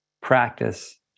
practice